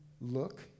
look